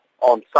on